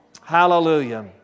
Hallelujah